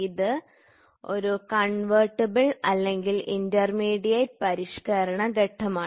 ഇത് ഒരു കൺവേർട്ടിബിൾ അല്ലെങ്കിൽ ഇന്റർമീഡിയറ്റ് പരിഷ്ക്കരണ ഘട്ടമാണ്